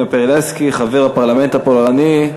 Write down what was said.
נפיירלסקי, חבר הפרלמנט הפולני.